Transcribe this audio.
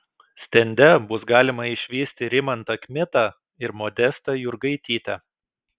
stende bus galima išvysti rimantą kmitą ir modestą jurgaitytę